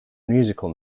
musical